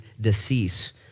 decease